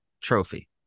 trophy